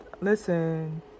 Listen